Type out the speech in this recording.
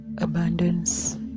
abundance